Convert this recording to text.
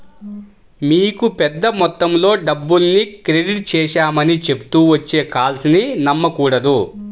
మీకు పెద్ద మొత్తంలో డబ్బుల్ని క్రెడిట్ చేశామని చెప్తూ వచ్చే కాల్స్ ని నమ్మకూడదు